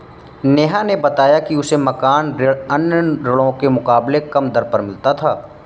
नेहा ने बताया कि उसे मकान ऋण अन्य ऋणों के मुकाबले कम दर पर मिला था